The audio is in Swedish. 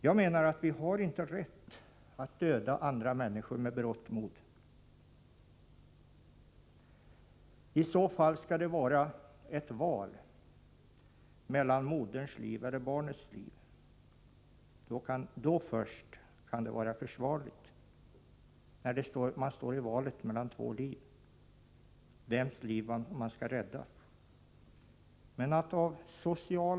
Jag menar att vi inte har rätt att döda andra människor med berått mod. I så fall skall det vara fråga om ett val mellan moderns liv och barnets liv. Först när man står i valet mellan två liv — vems liv man skall rädda —-kan abort vara försvarligt.